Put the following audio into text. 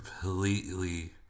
completely